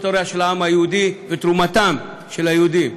ההיסטוריה של העם היהודי ותרומתם של היהודים.